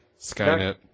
Skynet